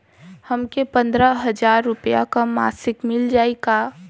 हमके पन्द्रह हजार रूपया क मासिक मिल जाई का?